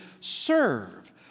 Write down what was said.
serve